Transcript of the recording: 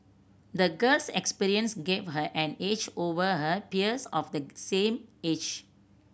the girl's experience gave her an edge over her peers of the same age